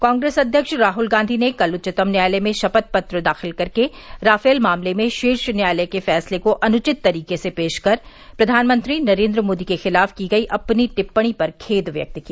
कांग्रेस अध्यक्ष राहुल गांधी ने कल उच्चतम न्यायालय में शपथ पत्र दाखिल कर के राफेल मामले में शीर्ष न्यायालय के फैसले को अनुचित तरीके से पेश कर प्रधानमंत्री नरेंद्र मोदी के खिलाफ की गई अपनी टिप्पणी पर खेद व्यक्त किया